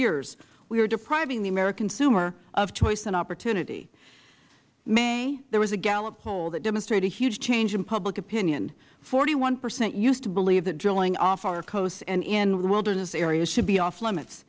years we are depriving the american consumer of choice and opportunity may there was a gallup poll that demonstrated huge change in public opinion forty one percent used to believe that drilling off our coast and in wilderness areas should be off limits